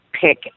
pick